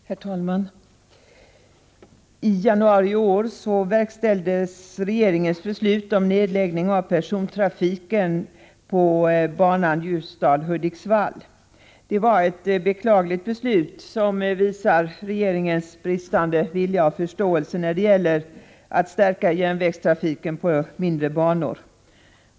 Herr talman! I januari i år verkställdes regeringens beslut om nedläggning av persontrafiken på banan Ljusdal-Hudiksvall. Det var ett beklagligt beslut, som visar regeringens bristande vilja och förståelse när det gäller att stärka järnvägstrafiken på mindre banor.